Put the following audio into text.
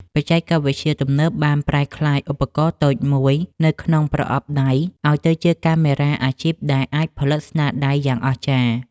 បច្ចេកវិទ្យាទំនើបបានប្រែក្លាយឧបករណ៍តូចមួយនៅក្នុងប្រអប់ដៃឱ្យទៅជាកាមេរ៉ាអាជីពដែលអាចផលិតស្នាដៃយ៉ាងអស្ចារ្យ។